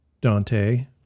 Dante